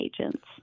agents